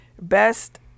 best